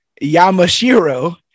Yamashiro